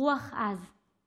רוח עז";